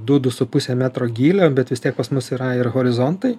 du su puse metro gylio bet vis tiek pas mus yra ir horizontai